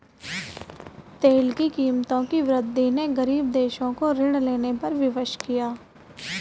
तेल की कीमतों की वृद्धि ने गरीब देशों को ऋण लेने पर विवश किया